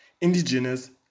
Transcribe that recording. indigenous